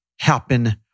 happen